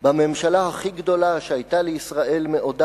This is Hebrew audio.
בממשלה הכי גדולה שהיתה לישראל מעודה